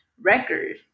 record